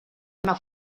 una